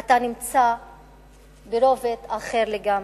אתה נמצא ברובד אחר לגמרי.